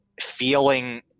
feeling